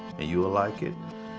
and you'll like it.